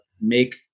make